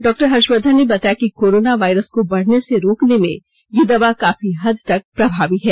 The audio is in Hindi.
डॉक्टर हर्षवर्धन ने बताया कि कोरोना वायरस को बढ़ने से रोकने में यह दवा काफी हद तक प्रभावी है